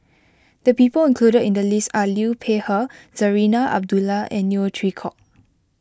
the people included in the list are Liu Peihe Zarinah Abdullah and Neo Chwee Kok